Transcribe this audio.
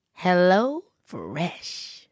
HelloFresh